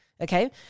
okay